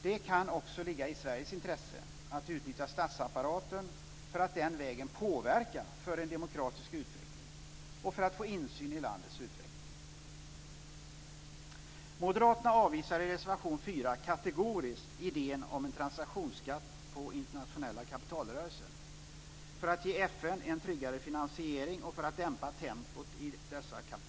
Det kan också ligga i Sveriges intresse att utnyttja statsapparaten för att den vägen påverka för en demokratisk utveckling och för att få insyn i landets utveckling. Moderaterna avvisar i reservation 4 kategoriskt idén om en transaktionsskatt på internationella kapitalrörelser för att ge FN en tryggare finansiering och för att dämpa tempot i dessa kapitalrörelser.